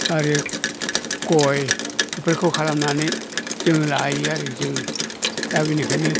आरो गय बेफोरखौ खालामनानै जोङो लायो आरो जोङो दा बिनिखायनो